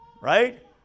right